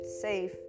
safe